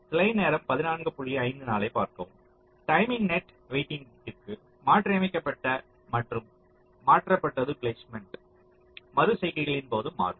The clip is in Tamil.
டைனமிக் நெட் வெயிட்டிங்கிற்கு மாற்றியமைக்கப்பட்டு மற்றும் மாற்றப்பட்டது பிளேஸ்மெண்ட் மறுசெய்கைகளின் போது மாறும்